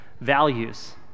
values